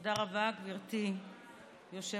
תודה רבה, גברתי היושבת-ראש.